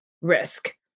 risk